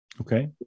Okay